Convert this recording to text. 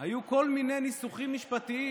היו כל מיני ניסוחים משפטיים,